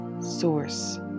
source